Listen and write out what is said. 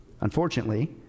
unfortunately